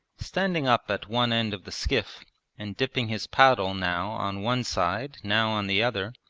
standing up at one end of the skiff and dipping his paddle now on one side now on the other,